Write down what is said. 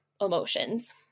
emotions